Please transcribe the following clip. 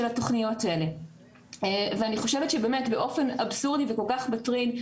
התוכניות האלה ואני חושבת שבאמת באופן אבסורדי וכל כך מטריד,